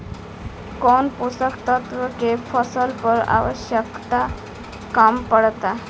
कौन पोषक तत्व के फसल पर आवशयक्ता कम पड़ता?